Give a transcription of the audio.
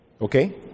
Okay